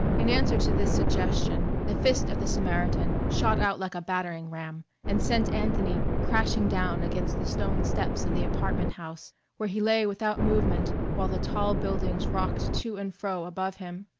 in answer to this suggestion the fist of the samaritan shot out like a battering-ram and sent anthony crashing down against the stone steps of the apartment-house, where he lay without movement, while the tall buildings rocked to and fro above him.